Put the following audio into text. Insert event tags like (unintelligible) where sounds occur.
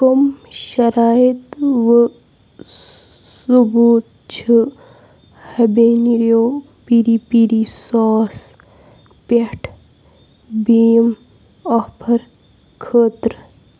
کَم شرایط وٕ ثبوٗت چھِ (unintelligible) پیٖری پیٖری ساس پٮ۪ٹھ بیٚیِم آفر خٲطرٕ